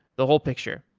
the whole picture.